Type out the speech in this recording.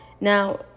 Now